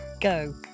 go